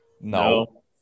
No